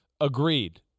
agreed